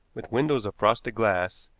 with windows of frosted glass,